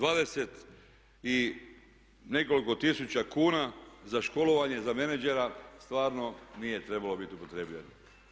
20 i nekoliko tisuća kuna za školovanje za menadžera stvarno nije trebalo biti upotrijebljeno.